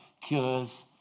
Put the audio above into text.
cures